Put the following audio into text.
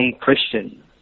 Christian